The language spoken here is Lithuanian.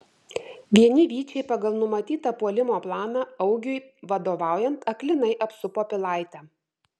vieni vyčiai pagal numatytą puolimo planą augiui vadovaujant aklinai apsupo pilaitę